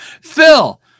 phil